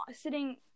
sitting